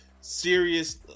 serious